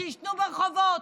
שיישנו ברחובות,